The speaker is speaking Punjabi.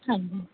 ਹਾਂਜੀ